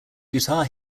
guitar